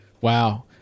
wow